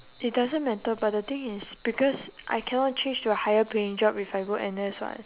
it doesn't matter but the thing is because I cannot change to a higher paying job if I go N_S [what]